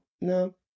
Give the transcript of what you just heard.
no